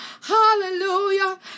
Hallelujah